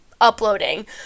uploading